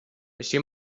així